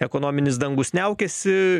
ekonominis dangus niaukiasi